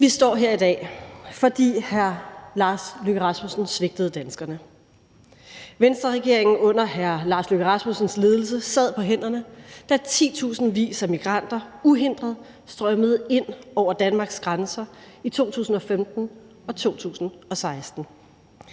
Vi står her i dag, fordi hr. Lars Løkke Rasmussen svigtede danskerne. Venstreregeringen under hr. Lars Løkke Rasmussens ledelse sad på hænderne, da titusindvis af migranter uhindret strømmede ind over Danmarks grænser i 2015 og 2016.